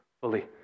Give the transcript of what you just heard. fully